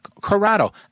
Corrado